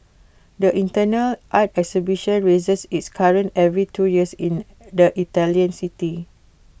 the internal art exhibition raises its curtain every two years in the Italian city